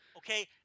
Okay